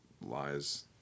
Lies